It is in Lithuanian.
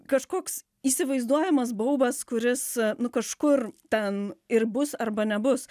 kažkoks įsivaizduojamas baubas kuris nu kažkur ten ir bus arba nebus